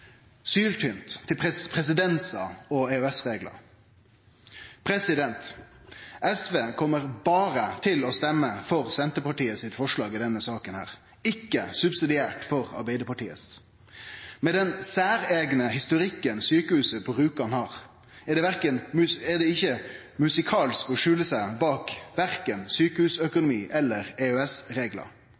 syltynt – til presedensar og EØS-reglar. SV kjem berre til å stemme for Senterpartiets forslag i denne saka – ikkje subsidiært for det frå Arbeidarpartiet og Kristeleg Folkeparti. Med den særeigne historikken sjukehuset på Rjukan har, er det ikkje musikalsk å skjule seg bak verken sjukehusøkonomi eller